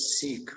seek